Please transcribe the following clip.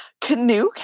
canoe